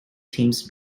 teams